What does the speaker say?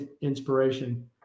inspiration